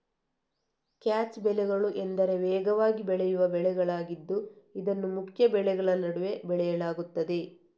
catch ಬೆಳೆಗಳು ಎಂದರೆ ವೇಗವಾಗಿ ಬೆಳೆಯುವ ಬೆಳೆಗಳಾಗಿದ್ದು ಇದನ್ನು ಮುಖ್ಯ ಬೆಳೆಗಳ ನಡುವೆ ಬೆಳೆಯಲಾಗುತ್ತದೆ